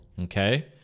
Okay